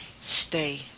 stay